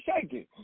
shaking